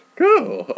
cool